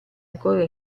ancora